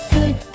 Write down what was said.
Good